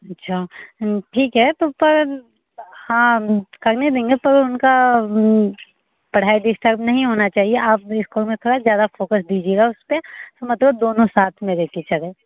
अच्छा ठीक है तो पर हाँ करने देंगे पर उनकी पढ़ाई डिस्टर्प नहीं होना चाहिए आप इस्कूल मैं थोड़ा ज़्यादा फोकस दीजिएगा उस पर तो मतलब दोनों साथ में लेकर चले